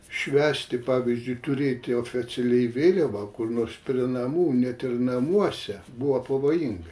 švęsti pavyzdžiui turėti oficialiai vėliavą kur nors prie namų net ir namuose buvo pavojinga